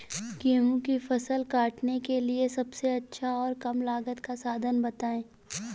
गेहूँ की फसल काटने के लिए सबसे अच्छा और कम लागत का साधन बताएं?